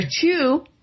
two